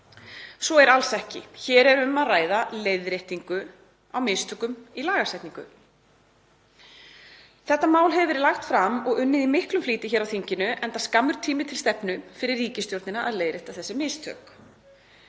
Svo er alls ekki. Hér er um að ræða leiðréttingu á mistökum í lagasetningu. Þetta mál hefur verið lagt fram og unnið í miklum flýti hér á þinginu, enda skammur tími til stefnu fyrir ríkisstjórnina að leiðrétta þessi mistök.